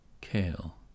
kale